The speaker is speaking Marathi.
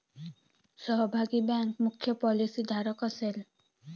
सहभागी बँक मुख्य पॉलिसीधारक असेल